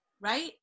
right